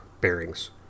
bearings